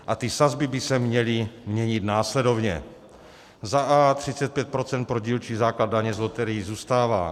A ty sazby by se měly měnit následovně: a) 35 % pro dílčí základ daně z loterií zůstává;